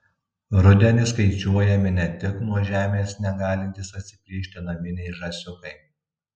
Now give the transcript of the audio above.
rudenį skaičiuojami ne tik nuo žemės negalintys atsiplėšti naminiai žąsiukai